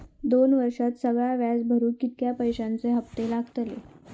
दोन वर्षात सगळा व्याज भरुक कितक्या पैश्यांचे हप्ते लागतले?